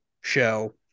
show